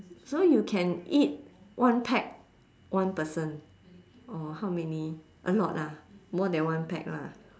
so you can eat one pack one person or how many a lot ah more than one pack lah